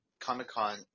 Comic-Con